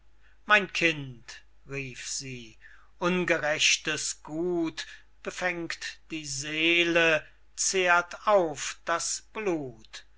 mein kind rief sie ungerechtes gut befängt die seele zehrt auf das blut